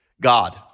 God